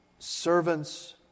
Servants